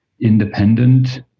independent